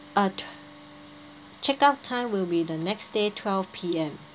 uh ch~ check out time will be the next day twelve P_M